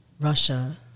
Russia